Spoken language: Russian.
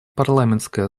парламентской